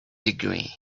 degree